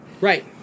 Right